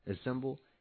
Assemble